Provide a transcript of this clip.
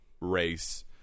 race